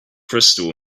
crystal